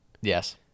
Yes